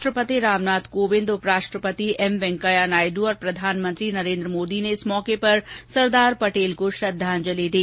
राष्ट्रपति रामनाथ कोविंद उपराष्ट्रपति एम वेंकैया नायडू और प्रधानमंत्री नरेन्द्र मोदी ने इस मौके पर सरदार पटेल को श्रद्धांजलि दी